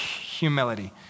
humility